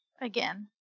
again